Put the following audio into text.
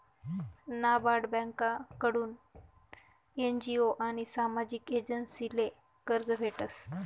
नाबार्ड ब्यांककडथून एन.जी.ओ आनी सामाजिक एजन्सीसले कर्ज भेटस